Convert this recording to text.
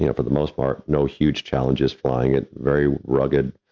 yeah for the most part, no huge challenges flying it very rugged,